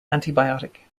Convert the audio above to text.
antibiotic